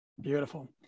beautiful